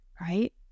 right